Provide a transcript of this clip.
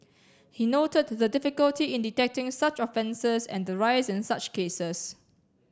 he noted the difficulty in detecting such offences and the rise in such cases